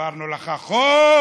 העברנו לך חוק,